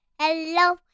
hello